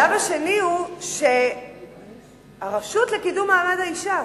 השלב השני הוא שהרשות לקידום מעמד האשה,